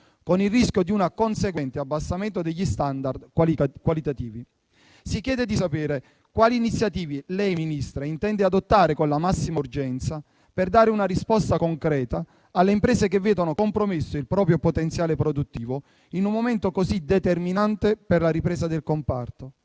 con il rischio di un conseguente abbassamento degli *standard* qualitativi. Si chiede di sapere quali iniziative lei, Ministra, intenda adottare con la massima urgenza per dare una risposta concreta alle imprese che vedono compromesso il proprio potenziale produttivo in un momento così determinante per la ripresa del comparto;